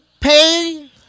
pay